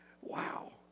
Wow